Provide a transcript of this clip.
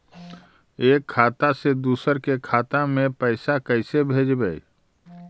एक खाता से दुसर के खाता में पैसा कैसे भेजबइ?